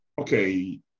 okay